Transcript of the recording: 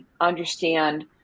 understand